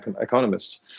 economists